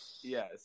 Yes